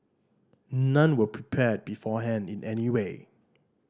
none were prepared beforehand in any way